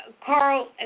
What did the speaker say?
Carl